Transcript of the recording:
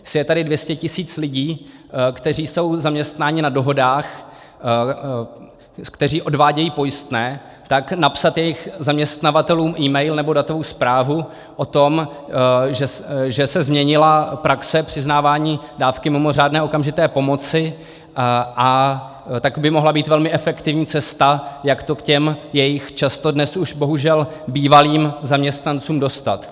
Jestli je tady 200 tisíc lidí, kteří jsou zaměstnáni na dohodách, kteří odvádějí pojistné, tak napsat jejich zaměstnavatelům email nebo datovou zprávu o tom, že se změnila praxe přiznávání dávky mimořádné okamžité pomoci, a tak by to mohla být velmi efektivní cesta, jak to k těm jejich často dnes už bohužel bývalým zaměstnancům dostat.